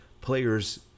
players